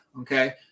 okay